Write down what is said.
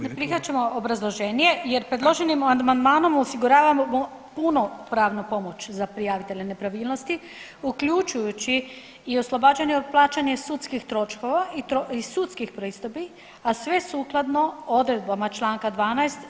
Ne prihvaćamo obrazloženje jer predloženim amandmanom osiguravamo punu pravnu pomoć za prijavitelja nepravilnosti uključujući i oslobađanje od plaćanja sudskih troškova i sudskih pristojbi, a sve sukladno odredbama Članka 12.